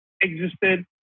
existed